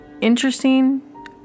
interesting